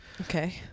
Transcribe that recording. Okay